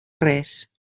res